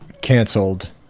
canceled